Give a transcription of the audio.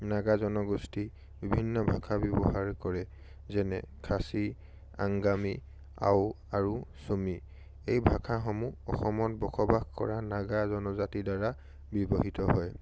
নাগা জনগোষ্ঠী বিভিন্ন ভাষা ব্যৱহাৰ কৰে যেনে খাচী আংগামী আও আৰু চুমী এই ভাষাসমূহ অসমত বসবাস কৰা নাগা জনজাতিৰ দ্বাৰা ব্যৱহৃত হয়